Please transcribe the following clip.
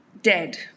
Dead